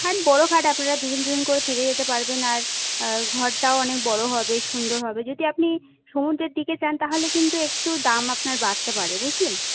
খাট বড় খাট আপনারা দুজন দুজন করে থেকে যেতে পারবেন আর ঘরটাও অনেক বড় হবে সুন্দর হবে যদি আপনি সমুদ্রের দিকে চান তাহলে কিন্তু একটু দাম আপনার বাড়তে পারে বুঝলেন